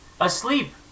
Asleep